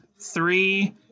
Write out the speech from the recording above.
Three